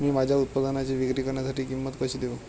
मी माझ्या उत्पादनाची विक्री करण्यासाठी किंमत कशी देऊ?